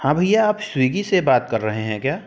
हाँ भैया आप स्विगी से बात कर रहे हैं क्या